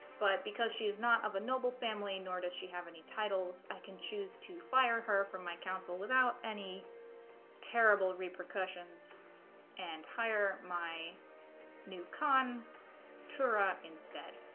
but because she is not of a noble family nor does she have any titles i can choose to fire her from my council without any terrible repercussions and hire my new khan turret instead